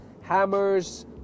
hammers